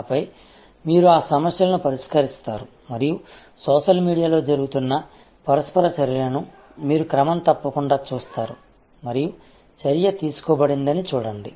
ఆపై మీరు ఆ సమస్యలను పరిష్కరిస్తారు మరియు సోషల్ మీడియాలో జరుగుతున్న పరస్పర చర్యలను మీరు క్రమం తప్పకుండా చూస్తారు మరియు చర్య తీసుకోబడిందని చూడండి